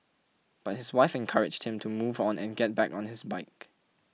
but his wife encouraged him to move on and get back on his bike